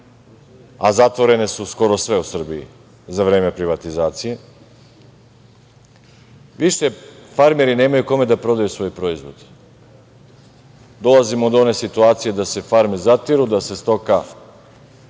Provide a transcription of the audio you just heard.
a zatvorene su skoro sve u Srbiji za vreme privatizacije, više farmeri nemaju kome da prodaju svoj proizvod. Dolazimo do one situacije da se farme zatiru, da se stoka